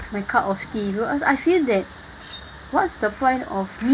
my cup of tea you know cause I feel that what's the point of me